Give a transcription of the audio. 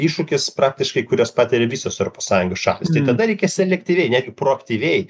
iššūkius praktiškai kuriuos patiria visos europos sąjungos šalys tai kada reikia selektyviai netgi proaktyviai